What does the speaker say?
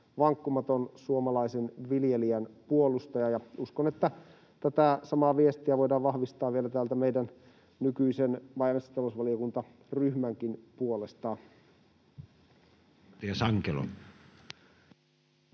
vankkumaton suomalaisen viljelijän puolustaja, ja uskon, että tätä samaa viestiä voidaan vahvistaa vielä täältä meidän nykyisen maa- ja metsätalousvaliokuntaryhmänkin puolesta.